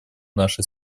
нашей